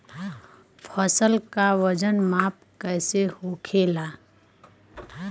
फसल का वजन माप कैसे होखेला?